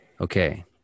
Okay